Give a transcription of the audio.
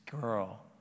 girl